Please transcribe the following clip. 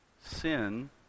sin